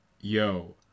yo